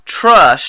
trust